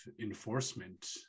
enforcement